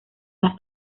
las